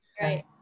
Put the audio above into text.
Right